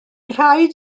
rhaid